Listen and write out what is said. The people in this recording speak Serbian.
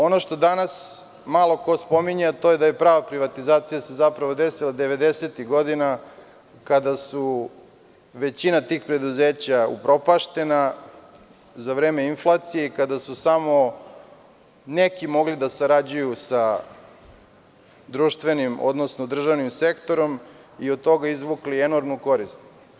Ono što danas malo ko spominje, a to je da se prava privatizacija desila 90-ih godina, kada je većina tih preduzeća upropašćena za vreme inflacije i kada su samo neki mogli da sarađuju sa društvenim, odnosno državnim sektorom i od toga izvukli enormnu korist.